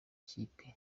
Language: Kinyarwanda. kipe